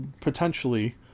potentially